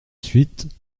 suite